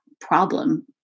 problem